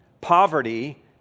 poverty